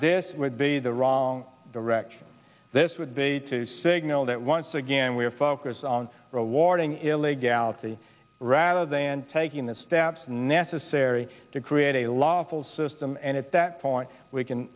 this would be the wrong direction this would be a signal that once again we have focus on rewarding illegality rather than taking the steps necessary to create a lawful system and at that point we can